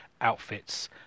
outfits